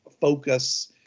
focus